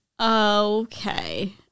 okay